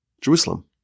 Jerusalem